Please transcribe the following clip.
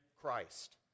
Christ